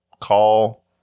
Call